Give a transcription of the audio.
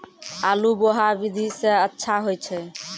आलु बोहा विधि सै अच्छा होय छै?